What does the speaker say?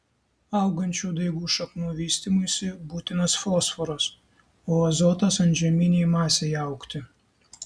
augančių daigų šaknų vystymuisi būtinas fosforas o azotas antžeminei masei augti